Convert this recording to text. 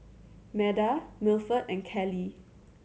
Meda Milford and Kallie